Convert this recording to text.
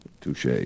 Touche